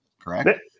correct